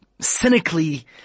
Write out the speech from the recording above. cynically